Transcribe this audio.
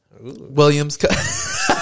Williams